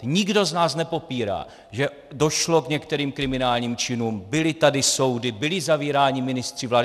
Nikdo z nás nepopírá, že došlo k některým kriminálním činům, byly tady soudy, byli zavíráni ministři vlády.